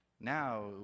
Now